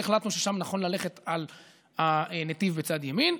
ולכן החלטנו ששם נכון ללכת על הנתיב בצד ימין,